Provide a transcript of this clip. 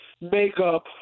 makeup